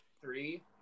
three